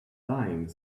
dying